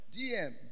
DM